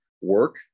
Work